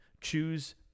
choose